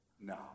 no